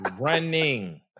running